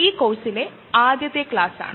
എന്നിരുന്നാലും രണ്ട് പുസ്തകങ്ങൾ ഉപയോഗപ്രദമാകും